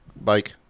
bike